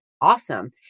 awesome